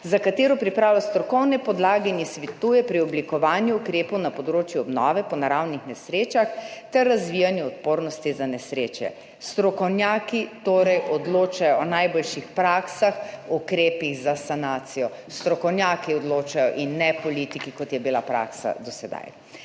za katero pripravlja strokovne podlage in ji svetuje pri oblikovanju ukrepov na področju obnove po naravnih nesrečah ter razvijanju odpornosti za nesreče. Strokovnjaki torej odločajo o najboljših praksah, o ukrepih za sanacijo. Strokovnjaki odločajo in ne politiki, kot je bila praksa do sedaj.